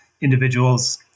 individuals